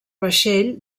vaixell